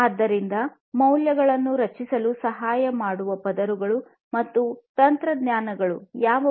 ಆದ್ದರಿಂದ ಮೌಲ್ಯಗಳನ್ನು ರಚಿಸಲು ಸಹಾಯ ಮಾಡುವ ಪದರಗಳು ಮತ್ತು ತಂತ್ರಜ್ಞಾನಗಳು ಯಾವುವು